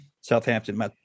Southampton